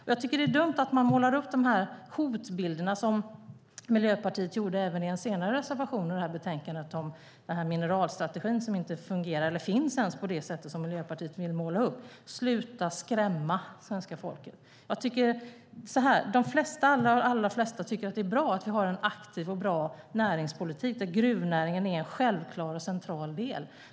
Jag tycker att det är dumt att man målar upp dessa hotbilder, som Miljöpartiet också tar upp i en senare reservation i betänkandet om mineralstrategin, som inte ens finns på det sätt som Miljöpartiet vill måla upp. Sluta skrämma svenska folket! De allra flesta tycker att det är bra att vi har en aktiv och bra näringspolitik, där gruvnäringen är en självklar och central del.